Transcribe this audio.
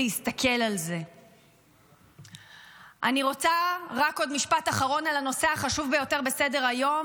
אני רוצה רק עוד משפט אחרון על הנושא החשוב ביותר בסדר-היום,